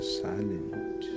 silent